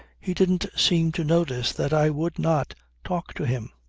he didn't seem to notice that i would not talk to him.